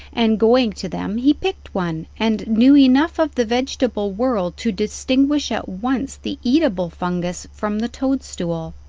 and going to them he picked one, and knew enough of the v etable world to distinguish at once the eatable fungus from the toad-stool.